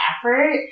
effort